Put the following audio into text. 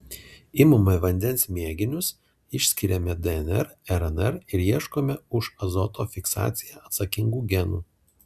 imame vandens mėginius išskiriame dnr rnr ir ieškome už azoto fiksaciją atsakingų genų